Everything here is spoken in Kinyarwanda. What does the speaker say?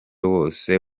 wose